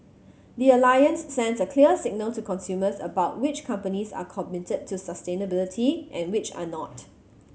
the Alliance sends a clear signal to consumers about which companies are committed to sustainability and which are not